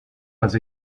pas